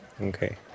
Okay